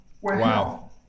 Wow